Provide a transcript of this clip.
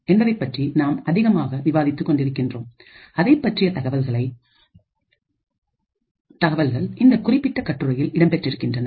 எதைப்பற்றி நாம் அதிகமாக விவாதித்துக் கொண்டிருக்கின்றோம் அதைப்பற்றிய தகவல்கள் இந்த குறிப்பிட்ட கட்டுரையில் இடம்பெற்றிருக்கின்றன